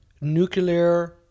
nuclear